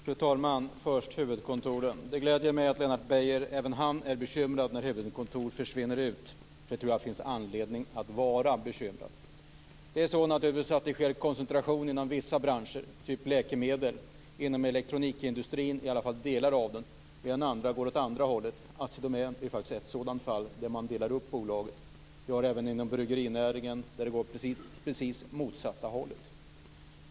Fru talman! Först till frågan om huvudkontoren. Det gläder mig att även Lennart Beijer är bekymrad när huvudkontoren försvinner ut från Sverige. Jag tror att det finns anledning att vara bekymrad. Det sker naturligtvis koncentration inom vissa branscher, t.ex. läkemedelsbranschen och i varje fall delar av elektronikindustrin, medan andra går åt andra hållet. Assi Domän är ett sådant fall där man delar upp bolaget. Vi har även exempel inom bryggerinäringen där det går åt precis motsatta hållet.